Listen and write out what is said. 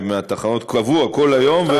-- מהתחנות באופן קבוע, כל היום.